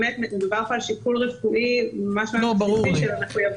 באמת מדובר פה על שיקול רפואי ממש בסיסי --- ברור לי.